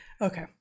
Okay